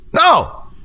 No